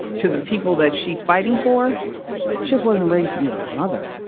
to the people that she's fighting for. she just wasn't ready to be a mother.